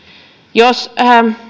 jos